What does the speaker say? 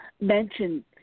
mention